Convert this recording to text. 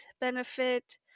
benefit